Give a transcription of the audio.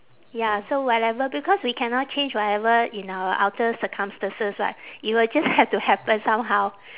ya so whatever because we cannot change whatever in our outer circumstances [what] it will just have to happen somehow